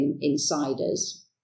Insiders